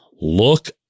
look